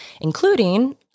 including